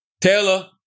Taylor